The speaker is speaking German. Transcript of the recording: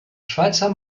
schweizer